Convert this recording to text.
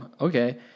okay